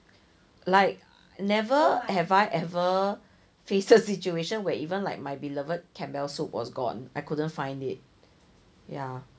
like never have I ever faced a situation where even like my beloved Campbell soup was gone I couldn't find it ya